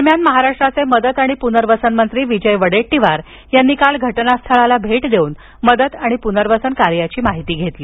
दरम्यान महाराष्ट्राचे मदत आणि पुनर्वसन मंत्री विजय वडेट्टीवार यांनी काल घटनास्थळास भेट देऊन मदत आणि पुनर्वसन कार्याची माहिती घेतली